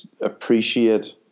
appreciate